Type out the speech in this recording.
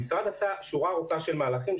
המשרד עשה שורה ארוכה של מהלכים,